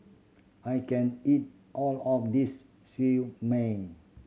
I can't eat all of this Siew Mai